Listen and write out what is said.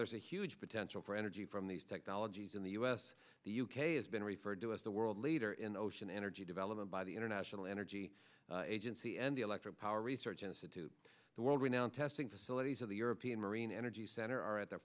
there's a huge potential for energy from these technologies in the u s the u k has been referred to as the world leader in ocean energy development by the international energy agency and the electric power research institute the world renowned testing facilities of the european marine energy center are at the